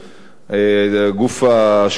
גוף ההשקעות של,